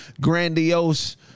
grandiose